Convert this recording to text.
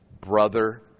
Brother